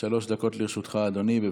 שלוש דקות לרשותך, אדוני,